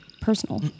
personal